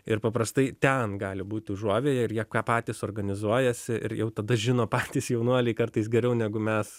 ir paprastai ten gali būti užuovėja ir jie patys organizuojasi ir jau tada žino patys jaunuoliai kartais geriau negu mes